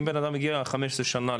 אם בנאדם מגיע 15 שנה,